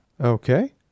Okay